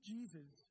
Jesus